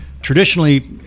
traditionally